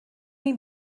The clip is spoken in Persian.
این